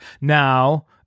Now